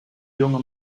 junge